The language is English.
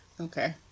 Okay